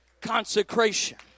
consecration